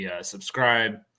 subscribe